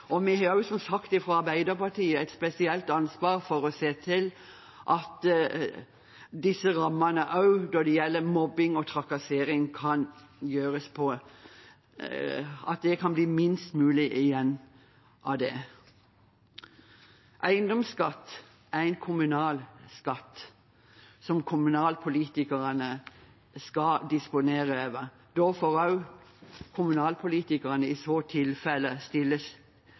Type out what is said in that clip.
og vi har, som også sagt fra Arbeiderpartiet, et spesielt ansvar for å se på rammene når det gjelder mobbing og trakassering, så det kan bli minst mulig av det. Eiendomsskatt er en kommunal skatt som kommunepolitikerne skal disponere. Da får også kommunepolitikerne – i så tilfelle